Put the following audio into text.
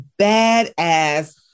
badass